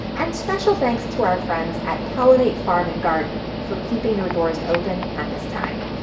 and special thanks to our friends at pollinate farm and garden for keeping your doors open at this time.